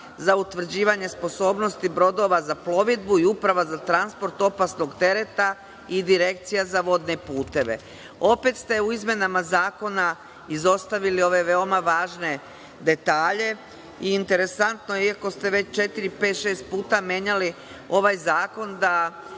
za utvrđivanje sposobnosti brodova za plovidbu i Uprava za transport opasnog tereta i Direkcija za vodne puteve. Opet se u izmenama zakona izostavili ove veoma važne detalje. Interesantno je da, iako ste već četiri, pet, šest puta menjali ovaj zakon,